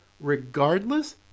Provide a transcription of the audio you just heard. regardless